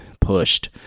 pushed